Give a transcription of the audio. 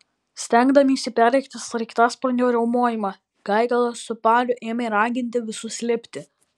stengdamiesi perrėkti sraigtasparnio riaumojimą gaigalas su pariu ėmė raginti visus lipti